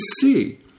see